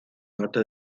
norte